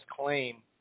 claim